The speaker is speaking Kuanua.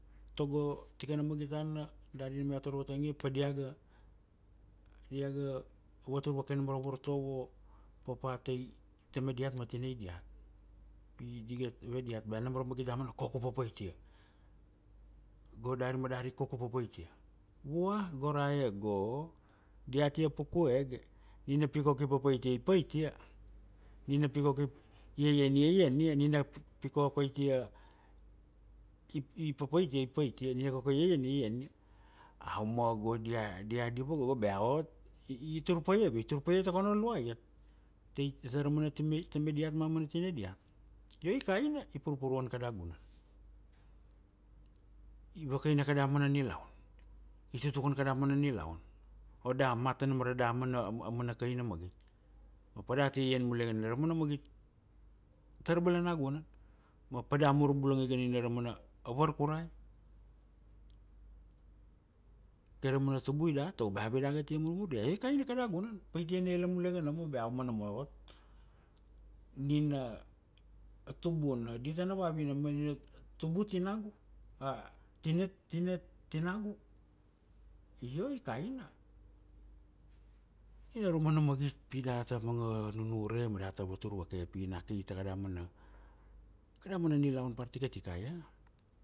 Togo, tikana magit tana, dari na iau tar vatang ia, pa diaga, diaga vatur vake nam ra vartovo, papa tai, tamai diat ma tinai diat. Pi diga ve diat ba nam ra magit darna koko u papait ia. Go dari ma dari koko u papait ia. Vua, go ra e go, diate pukuege, nina pi koki papait ia i pait ia. Nina pi koki iaian ia i ian ia. Nina pi koko itia, i papait ia i pait ia. Ni koko i iaian ia i ian ai. Au ma go dia, dia diva go ba vat, i tur paia ave tur paia tago nono iat. Tara mana tama- tamai diat ma mana tinai diat. Io i kaina, i purpuruan kada gunan. I vakaina kada mana nilaun. I tutukan kada mana nilaun. O da mat tanam ra da mana, a mana kaina magit. `Ma pada ti iaian mulege na ra mana magit, tara balana gunan. Ma pada mur bulanga ke nina ra mana, a varkurai. Tara mana tubui dat tago ba ave da ga tia murmur diat. Io i kaina kada gunan. Paitia nailam mulege namo bea au nomo, nina a tubuna di tana vavina ma nina tubu tinagu, tina, tina tinagu. Io i kaina. Nina ra mana magit pi data manga nunure pi data vatur vake pi na ki ta kada mana, ta kada mana nilaun par tikatikai iat.